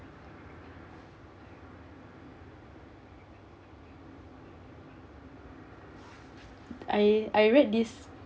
I I read this